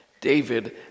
David